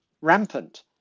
rampant